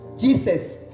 Jesus